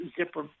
zipper